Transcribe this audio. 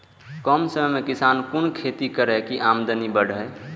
कम समय में किसान कुन खैती करै की आमदनी बढ़े?